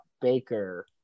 Baker